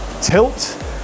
tilt